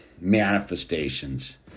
manifestations